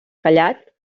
callat